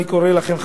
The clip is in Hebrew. אני קורא לכם,